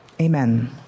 amen